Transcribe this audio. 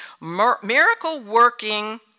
miracle-working